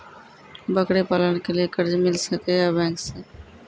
बकरी पालन के लिए कर्ज मिल सके या बैंक से?